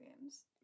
games